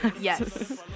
Yes